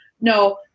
no